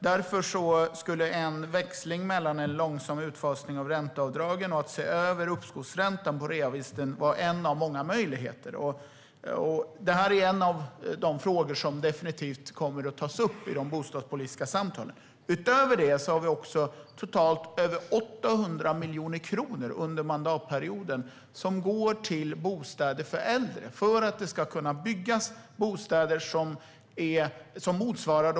Därför skulle en växling mellan en långsam utfasning av ränteavdragen och att se över uppskovsräntan på reavinsten vara en av många möjligheter. Detta är en av de frågor som definitivt kommer att tas upp i de bostadspolitiska samtalen. Utöver detta går totalt över 800 miljoner under mandatperioden till bostäder för äldre, för att det ska kunna byggas bostäder som motsvarar de behov som människor har.